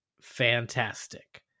fantastic